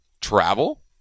travel